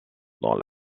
dans